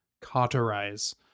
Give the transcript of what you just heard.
Cauterize